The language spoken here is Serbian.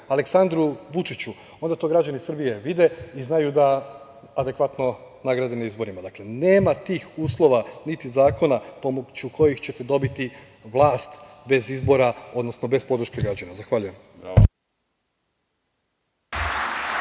Aleksandru Vučiću, onda to građani Srbije vide i znaju da adekvatno nagrade na izborima. Dakle, nema tih uslova, niti zakona pomoću kojih ćete dobiti vlast bez izbora, odnosno bez podrške građana. Zahvaljujem.